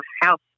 house